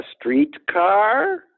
streetcar